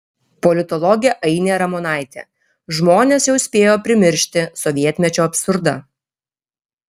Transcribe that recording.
politologė ainė ramonaitė žmonės jau spėjo primiršti sovietmečio absurdą